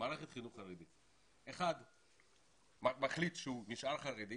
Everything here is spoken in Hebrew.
מערכת חינוך חרדית, אחד מחליט הוא נשאר חרדי